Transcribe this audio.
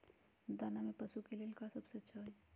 दाना में पशु के ले का सबसे अच्छा होई?